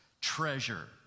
treasure